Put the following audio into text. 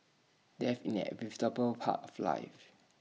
death in an inevitable part of life